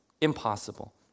impossible